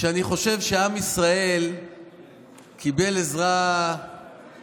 שאני חושב שעם ישראל קיבל עזרה מלמעלה